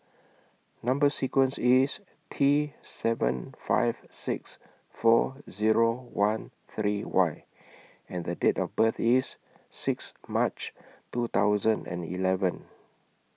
Number sequence IS T seven five six four Zero one three Y and Date of birth IS six March two thousand and eleven